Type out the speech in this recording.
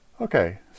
Okay